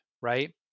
right